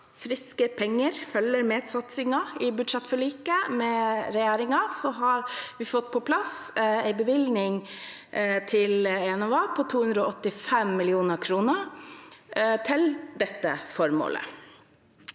Friske penger følger med satsingen. I budsjettforliket med regjeringen har vi fått på plass en bevilgning til Enova på 285 mill. kr til dette formålet.